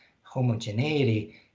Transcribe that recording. homogeneity